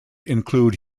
include